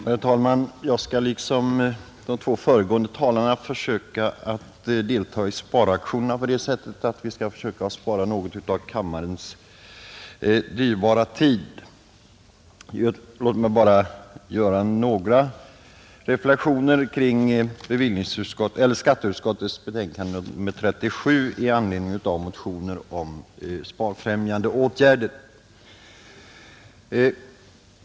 Herr talman! Jag skall liksom de två närmast föregående talarna försöka att delta i sparaktionerna på det sättet att jag skall försöka spara något av kammarens dyrbara tid. Låt mig bara göra några reflexioner kring skatteutskottets betänkande nr 37 i anledning av motioner om sparfrämjande åtgärder.